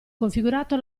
configurato